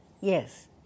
yes